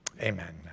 Amen